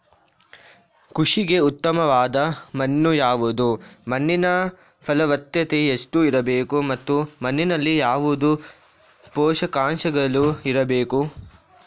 ಕೃಷಿಗೆ ಉತ್ತಮವಾದ ಮಣ್ಣು ಯಾವುದು, ಮಣ್ಣಿನ ಫಲವತ್ತತೆ ಎಷ್ಟು ಇರಬೇಕು ಮತ್ತು ಮಣ್ಣಿನಲ್ಲಿ ಯಾವುದು ಪೋಷಕಾಂಶಗಳು ಇರಬೇಕು?